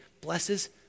blesses